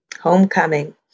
Homecoming